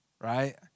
right